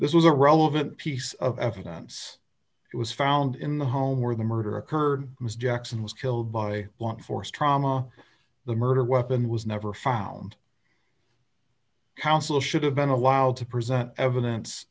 this was a relevant piece of evidence it was found in the home where the murder occurred ms jackson was killed by blunt force trauma the murder weapon was never found counsel should have been allowed to present evidence